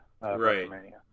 Right